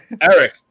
Eric